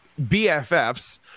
BFFs